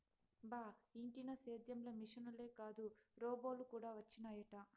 బా ఇంటినా సేద్యం ల మిశనులే కాదు రోబోలు కూడా వచ్చినయట